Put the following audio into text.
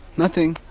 nothing!